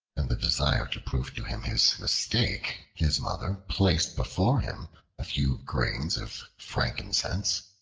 in the desire to prove to him his mistake, his mother placed before him a few grains of frankincense,